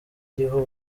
iriho